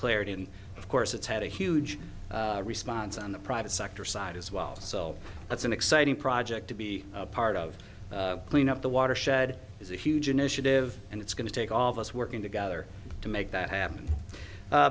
clarity and of course it's had a huge response on the private sector side as well so that's an exciting project to be part of clean up the watershed is a huge initiative and it's going to take all of us working together to make that happen